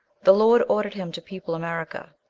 the lord ordered him to people america.